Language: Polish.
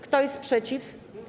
Kto jest przeciw?